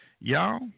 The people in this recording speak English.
y'all